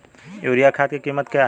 Urea खाद की कीमत क्या है?